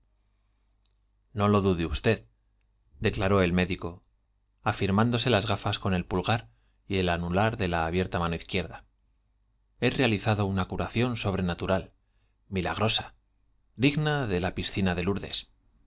o lo dude usted declaró el médico afirmán dose lás el pulgar y el anular de la abierta gafas con he realizado una curación sobren amano izquierda la piscina de lourdes